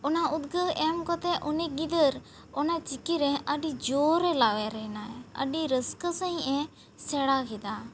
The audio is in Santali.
ᱚᱱᱟ ᱩᱫᱽᱜᱟᱹᱣ ᱮᱢ ᱠᱚᱛᱮ ᱩᱱᱤ ᱜᱤᱫᱟᱹᱨ ᱚᱱᱟ ᱪᱤᱠᱤ ᱨᱮ ᱟᱹᱰᱤ ᱡᱳᱨ ᱮ ᱞᱟᱣᱮᱨ ᱮᱱᱟ ᱟᱹᱰᱤ ᱨᱟᱹᱥᱠᱟᱹ ᱥᱟᱹᱦᱤᱡ ᱮ ᱥᱮᱬᱟ ᱠᱮᱫᱟ